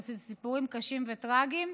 ואלה סיפורים קשים וטרגיים,